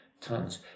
tons